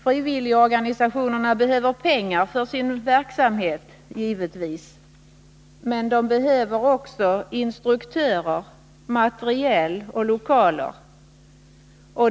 Frivilligorganisationerna behöver givetvis pengar för sin verksamhet, men de behöver också militära instruktörer, materiel och lokaler.